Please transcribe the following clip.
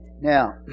Now